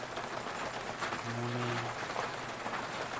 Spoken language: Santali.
ᱢᱚᱱᱮ